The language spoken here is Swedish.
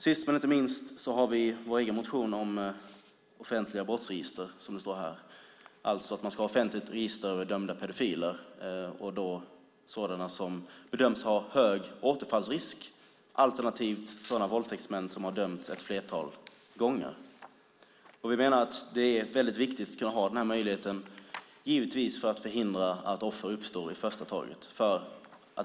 Sist, men inte minst, har vi vår motion om offentliga brottsregister. Det handlar om att man ska ha ett offentligt register över dömda pedofiler som bedöms ha hög återfallsrisk alternativt våldtäktsmän som har dömts ett flertal gånger. Vi menar att det är väldigt viktigt att ha den möjligheten för att förhindra att det blir fler offer.